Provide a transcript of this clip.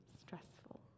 stressful